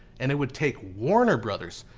and it would take warner brothers,